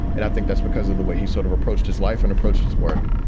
and i think that's because of the way he sort of approached his life and approached his work.